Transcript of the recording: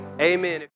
amen